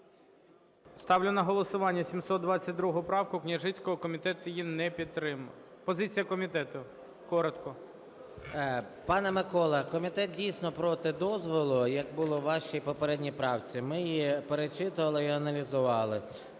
Ставлю на голосування 722 правку Княжицького. Комітет її не підтримав. Позиція комітету коротко. 11:48:55 СОЛЬСЬКИЙ М.Т. Пане Микола, комітет дійсно проти дозволу, як було у вашій попередній правці. Ми її перечитувати і аналізували.